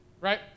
right